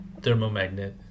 thermomagnet